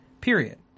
Period